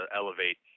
elevate